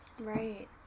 Right